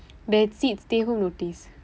that's it stay home notice